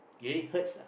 really hurts lah